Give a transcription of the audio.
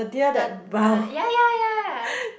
the na~ ya ya ya